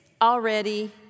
Already